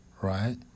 right